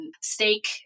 steak